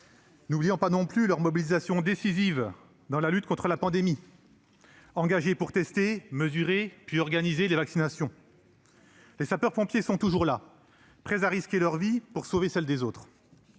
N'oublions pas non plus leur mobilisation décisive dans la lutte contre la pandémie. Engagés pour tester, mesurer puis organiser la vaccination, les sapeurs-pompiers sont toujours là, prêts à risquer jusqu'à leur vie pour sauver celles des autres.